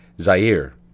Zaire